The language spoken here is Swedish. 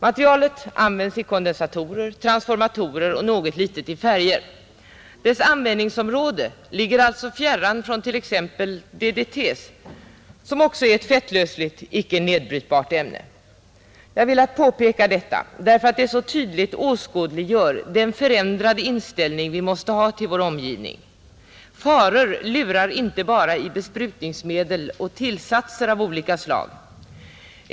Materialet används i kondensatorer, transformatorer och något litet i färger. Dess användningsområde ligger alltså fjärran från t.ex. DDT:s som också är ett fettlösligt icke nedbrytbart ämne. Jag har velat påpeka detta, därför att det så tydligt åskådliggör den förändrade inställning vi måste ha till vår omgivning. Faror lurar inte bara i besprutningsmedel och tillsatser av olika slag.